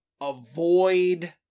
avoid